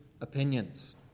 opinions